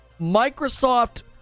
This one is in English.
Microsoft